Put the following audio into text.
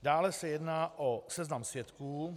Dále se jedná o seznam svědků.